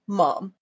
mom